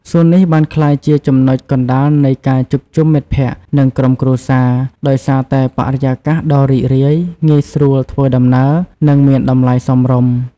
សួននេះបានក្លាយជាចំណុចកណ្ដាលនៃការជួបជុំមិត្តភក្ដិ និងក្រុមគ្រួសារ ដោយសារតែបរិយាកាសដ៏រីករាយ ងាយស្រួលធ្វើដំណើរ និងមានតម្លៃសមរម្យ។